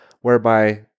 whereby